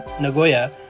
Nagoya